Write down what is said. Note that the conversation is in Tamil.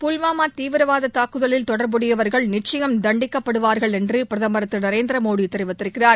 புல்வாமா தீவிரவாத தாக்குதலில் தொடர்புடையவர்கள் நிச்சயம் தண்டிக்கப்படுவார்கள் என்று பிரதமர் திரு நரேந்திர மோடி கூறியிருக்கிறார்